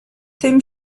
tym